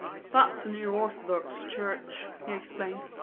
that's the new orthodox church, he explained.